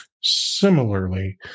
similarly